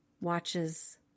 watches